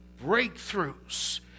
breakthroughs